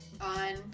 on